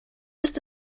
ist